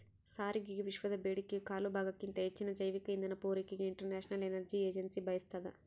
ಸಾರಿಗೆಗೆವಿಶ್ವದ ಬೇಡಿಕೆಯ ಕಾಲುಭಾಗಕ್ಕಿಂತ ಹೆಚ್ಚಿನ ಜೈವಿಕ ಇಂಧನ ಪೂರೈಕೆಗೆ ಇಂಟರ್ನ್ಯಾಷನಲ್ ಎನರ್ಜಿ ಏಜೆನ್ಸಿ ಬಯಸ್ತಾದ